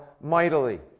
mightily